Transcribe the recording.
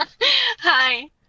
Hi